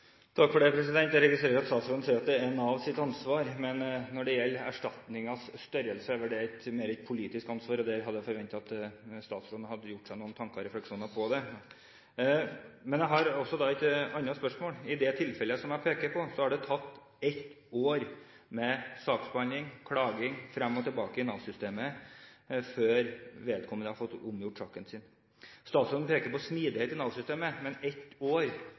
Jeg registrerer at statsråden sier at det er Navs ansvar, men når det gjelder erstatningens størrelse, er vel det mer et politisk ansvar, og jeg hadde forventet at statsråden hadde gjort seg noen tanker og refleksjoner om det. Men jeg har også et annet spørsmål: I det tilfellet som jeg peker på, har det tatt ett år med saksbehandling og klaging frem og tilbake i Nav-systemet før vedkommende har fått omgjort saken sin. Statsråden peker på smidighet i Nav-systemet, men ett år